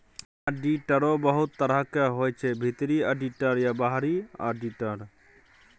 आडिटरो बहुत तरहक होइ छै भीतरी आडिटर आ बाहरी आडिटर